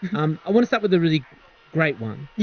um i want to start with a really great one. yeah